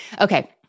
Okay